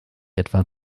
etwa